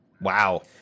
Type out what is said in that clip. Wow